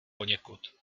poněkud